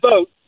vote